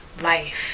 life